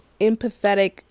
empathetic